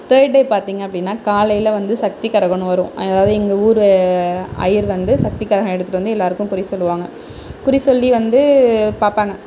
third day பார்த்திங்க அப்படினா காலையில் வந்து சக்தி கரகம்னு வரும் அதாவது எங்கள் ஊர் அய்யர் வந்து சக்தி கரகம் எடுத்துட்டு வந்து எல்லோருக்கும் குறி சொல்லுவாங்க குறி சொல்லி வந்து பார்ப்பாங்க